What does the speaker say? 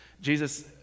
Jesus